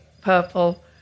purple